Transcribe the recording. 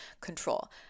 control